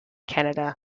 canada